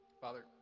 Father